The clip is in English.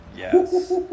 Yes